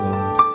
Lord